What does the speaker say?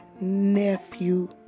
nephew